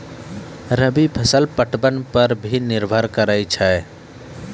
रवि फसल पटबन पर भी निर्भर रहै छै